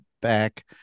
back